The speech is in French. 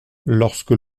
lorsque